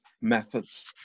methods